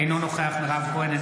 אינו נוכח מירב כהן,